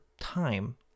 time